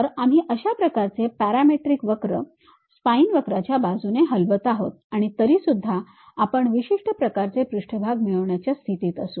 तर आम्ही अशा प्रकारचे पॅरामेट्रिक वक्र आपण स्पाईन वक्राच्या बाजूने हलवत आहोत आणि तरी सुद्धा आपण विशिष्ट प्रकारचे पृष्ठभाग मिळवण्याच्या स्थितीत असू